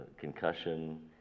concussion